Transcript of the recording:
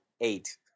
eight